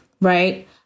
right